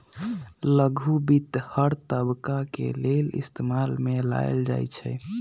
लघु वित्त हर तबका के लेल इस्तेमाल में लाएल जाई छई